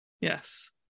Yes